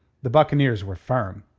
the buccaneers were firm.